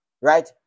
right